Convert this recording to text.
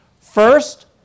First